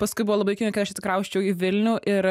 paskui buvo labai juokinga kai aš atsikrausčiau į vilnių ir